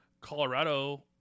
Colorado